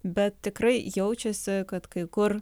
bet tikrai jaučiasi kad kai kur